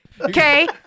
okay